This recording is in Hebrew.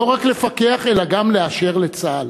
לא רק לפקח אלא גם לאשר לצה"ל.